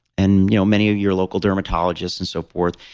and you know many of your local dermatologists, and so forth,